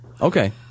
Okay